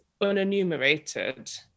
unenumerated